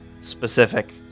specific